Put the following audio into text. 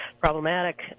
problematic